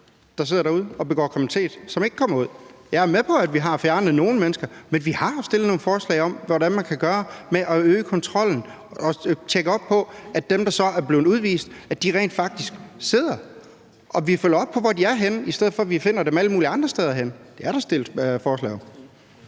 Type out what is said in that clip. der sidder derude og begår kriminalitet, og som ikke er kommet ud. Jeg er med på, at man har fjernet nogle mennesker, men vi har jo fremsat nogle forslag om, hvordan man kan øge kontrollen og tjekke op på, at dem, der er blevet udvist, rent faktisk sidder der, og at vi følger op på, hvor de er henne, i stedet for at vi finder dem alle mulige andre steder. Det er der fremsat forslag om.